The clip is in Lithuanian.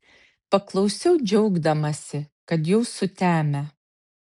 paklausiau džiaugdamasi kad jau sutemę